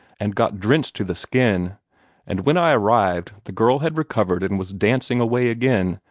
and got drenched to the skin and when i arrived the girl had recovered and was dancing away again,